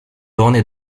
ornée